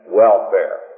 welfare